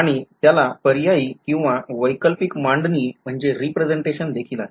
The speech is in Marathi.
आणि त्याला पर्यायी किंवा वैकल्पिक मांडणी देखील आहे